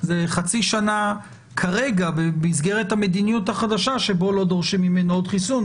זה חצי שנה כרגע במסגרת המדיניות החדשה שבה לא דורשים ממנו עוד חיסון,